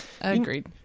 Agreed